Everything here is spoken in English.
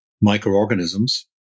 microorganisms